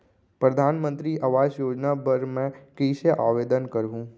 परधानमंतरी आवास योजना बर मैं कइसे आवेदन करहूँ?